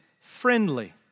friendly